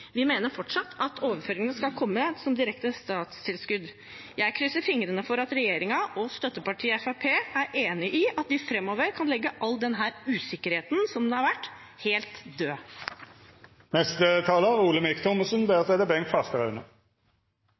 Vi mener fortsatt at overføringene skal komme som direkte statstilskudd. Jeg krysser fingrene for at regjeringen og støttepartiet Fremskrittspartiet er enig i at vi framover kan legge all denne usikkerheten som har vært, helt død.